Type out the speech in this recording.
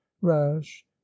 rash